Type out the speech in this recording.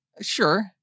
Sure